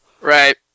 Right